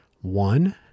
one